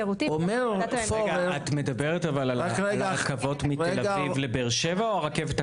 את מדברת על רכבות מתל אביב לבאר שבע או על הרכבת הקלה?